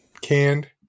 canned